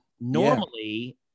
normally